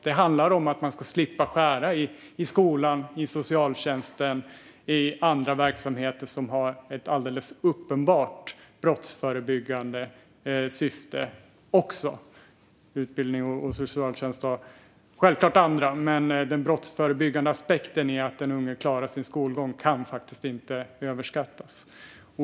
Det handlar om att man ska slippa skära i skolan, i socialtjänsten och i andra verksamheter som också har ett alldeles uppenbart brottsförebyggande syfte. Utbildning och socialtjänst har självklart andra syften, men den brottsförebyggande aspekten i att en unge klarar sin skolgång kan faktiskt inte överskattas.